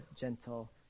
gentle